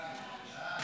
ההצעה